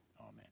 Amen